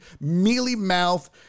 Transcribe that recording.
mealy-mouth